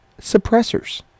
suppressors